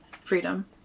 freedom